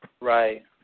Right